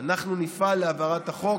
אנחנו נפעל להעברת החוק